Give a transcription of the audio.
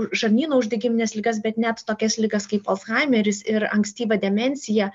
žarnyno uždegimines ligas bet net tokias ligas kaip alzhaimeris ir ankstyva demencija